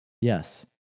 Yes